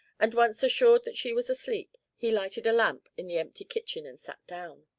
and once assured that she was asleep, he lighted a lamp in the empty kitchen and sat down.